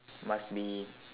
must be